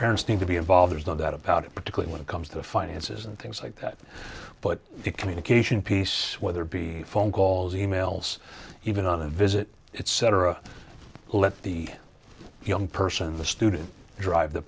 parents need to be involved there's no doubt about it particularly when it comes to finances and things like that but the communication piece whether be phone calls e mails even on a visit it cetera let the young person the student drive the